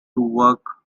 work